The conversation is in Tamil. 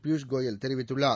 பியூஷ் கோயல் தெரிவித்துள்ளார்